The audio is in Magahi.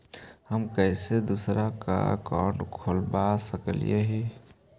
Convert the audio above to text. हम कैसे दूसरा का अकाउंट खोलबा सकी ही?